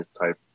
type